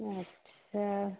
अच्छा